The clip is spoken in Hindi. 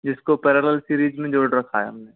जिसको पैरेलल सीरीज में जोड़ रखा है हमने